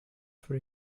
for